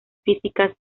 físicas